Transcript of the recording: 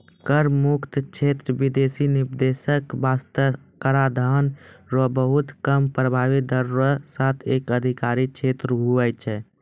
कर मुक्त क्षेत्र बिदेसी निवेशक बासतें कराधान रो बहुत कम प्रभाबी दर रो साथ एक अधिकार क्षेत्र हुवै छै